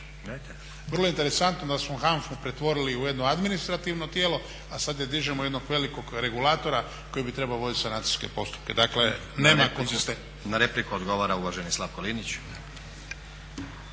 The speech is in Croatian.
Vrlo interesantno da smo HANFA-u pretvorili u jedno administrativno tijelo a sada je dižemo u jednog velikog regulatora koji bi trebao voditi sanacijske postupke. Dakle nema …/Govornik se ne razumije./… **Stazić,